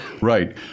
Right